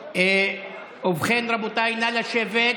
ובכן, רבותיי, נא לשבת.